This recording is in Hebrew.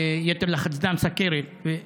יתר לחץ וסוכרת.